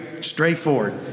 straightforward